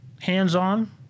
hands-on